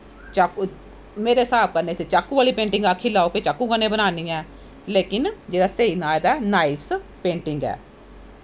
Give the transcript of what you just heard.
मेरे हिसाब कन्नै ते चाकू आह्ली पेंटिंग आक्खी लैओ चाकू कन्नै बनानी ऐ लेकिन जेह्ड़ा स्हेई नाम एह्दा नाईफ पेंटिंगस ऐ